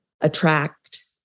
attract